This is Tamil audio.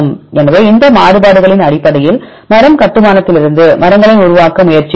எனவே இந்த மாறுபாடுகளின் அடிப்படையில் மரம் கட்டுமானத்திலிருந்து மரங்களை உருவாக்க முயற்சிப்போம்